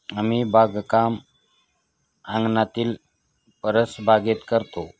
आम्ही बागकाम अंगणातील परसबागेत करतो